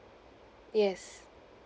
yes